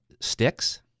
sticks